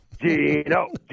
Gino